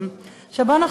ואצלם עלו מצרכי היסוד.